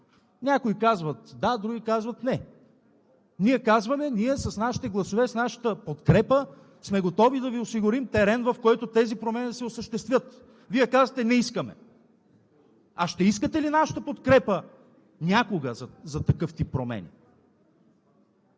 Някои казват – да, други казват – не. Ние казваме: ние с нашите гласове, с нашата подкрепа, сме готови да Ви осигурим терен, в който тези промени да се осъществят. Вие казвате: не искаме. А ще искате ли нашата подкрепа някога, за такъв тип промени?